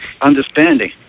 understanding